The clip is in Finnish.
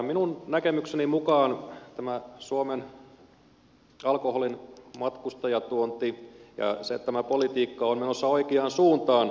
minun näkemykseni mukaan tämä suomen alkoholin matkustajatuonti ja tämä politiikka on menossa oikeaan suuntaan